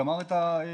גמר את הרכישה,